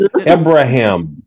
Abraham